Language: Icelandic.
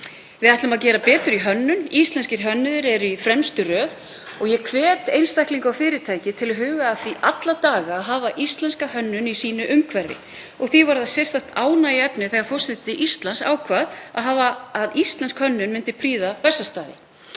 Við ætlum að gera betur í hönnun. Íslenskir hönnuðir eru í fremstu röð og ég hvet einstaklinga og fyrirtæki til að huga að því alla daga að hafa íslenska hönnun í sínu umhverfi. Því var það sérstakt ánægjuefni þegar forseti Íslands ákvað að íslensk hönnun myndi prýða Bessastaði.